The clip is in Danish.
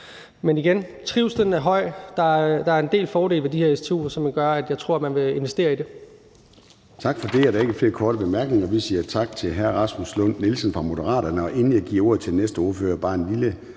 jeg sige, at trivslen er høj, og at der er en del fordele ved de her stu'er, som gør, at jeg tror, at man vil investere i det.